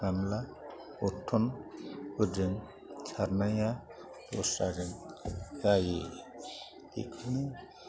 गामला बर्थनफोरजों सारनाया दस्राजों जायो बेखौनो